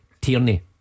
Tierney